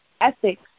ethics